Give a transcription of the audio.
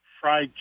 Fried